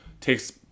Takes